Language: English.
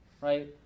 right